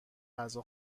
غذا